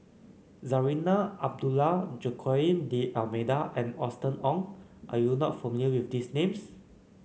Zarinah Abdullah Joaquim D'Almeida and Austen Ong are you not familiar with these names